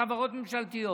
חברות ממשלתיות.